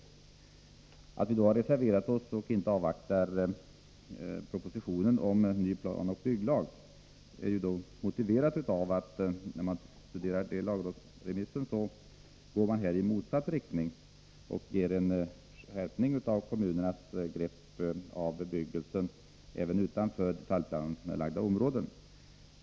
Det förhållandet att vi reserverat oss och inte avvaktar propositionen om ny planoch bygglag är motiverat av att det lagförslag som remitterats till lagrådet går i motsatt riktning och medför skärpning av kommunernas grepp om bebyggelsen även utanför detaljplanelagda områden.